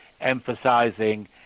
emphasizing